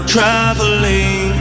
Traveling